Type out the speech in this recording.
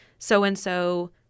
so-and-so